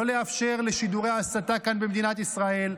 לא לאפשר את שידורי ההסתה כאן במדינת ישראל.